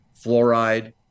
fluoride